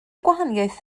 gwahaniaeth